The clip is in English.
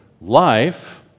life